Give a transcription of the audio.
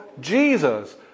Jesus